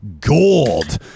gold